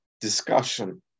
discussion